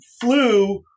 flew